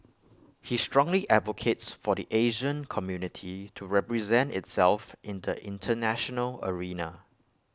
he strongly advocates for the Asian community to represent itself in the International arena